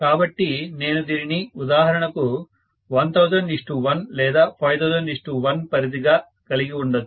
కాబట్టి నేను దీనిని ఉదాహరణకు 10001 లేదా 5001 పరిధిగా కలిగి ఉండొచ్చు